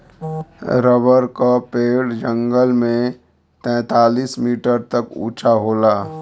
rubber क पेड़ जंगल में तैंतालीस मीटर तक उंचा होला